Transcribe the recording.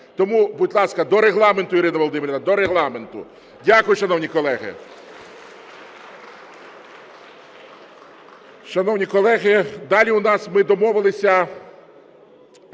Тому, будь ласка, до регламенту, Ірина Володимирівна, до регламенту. Дякую, шановні колеги.